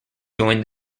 joined